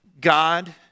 God